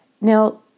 Now